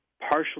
partially